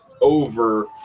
over